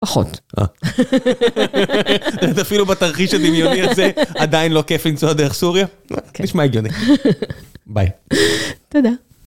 פחות. אפילו בתרחיש הדמיוני הזה עדיין לא כיף לנסוע דרך סוריה. נשמע הגיוני. ביי. תודה.